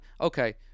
Okay